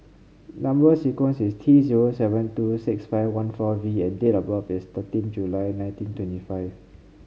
number sequence is T zero seven two six five one four V and date of birth is thirteen July nineteen twenty five